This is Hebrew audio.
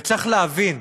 וצריך להבין: